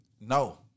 no